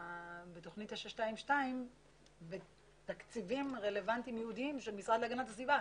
בתוכנית 922 בתקציבים רלוונטיים ייעודיים של המשרד להגנת הסביבה.